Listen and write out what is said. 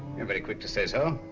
you're very quick to say so